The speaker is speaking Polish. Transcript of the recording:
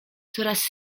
coraz